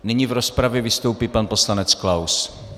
Nyní v rozpravě vystoupí pan poslanec Klaus.